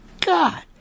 God